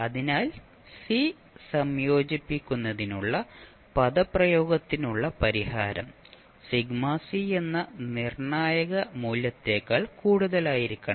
അതിനാൽ സി സംയോജിപ്പിക്കുന്നതിനുള്ള പദപ്രയോഗത്തിനുള്ള പരിഹാരം എന്ന നിർണായക മൂല്യത്തേക്കാൾ കൂടുതലായിരിക്കണം